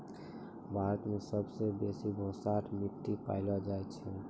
भारत मे सबसे बेसी भसाठ मट्टी पैलो जाय छै